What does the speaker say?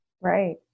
Right